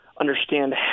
understand